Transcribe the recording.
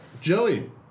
Joey